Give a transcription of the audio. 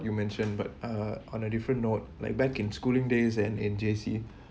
you mentioned but uh on a different note like back in schooling days and in J_C